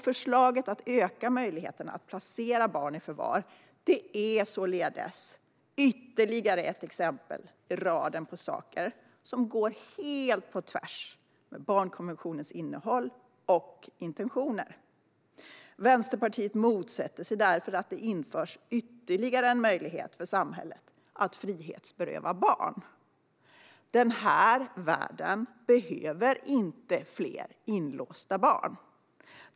Förslaget att öka möjligheterna att placera barn i förvar är således ytterligare ett exempel i raden av sådant som går helt på tvärs mot barnkonventionens innehåll och intentioner. Vänsterpartiet motsätter sig därför att det införs ytterligare en möjlighet för samhället att frihetsberöva barn. Den här världen behöver inte fler inlåsta barn.